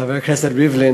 שחבר הכנסת ריבלין,